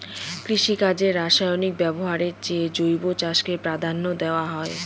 কৃষিকাজে রাসায়নিক ব্যবহারের চেয়ে জৈব চাষকে প্রাধান্য দেওয়া হয়